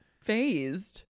phased